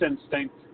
instinct